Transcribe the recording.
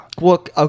Look